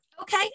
Okay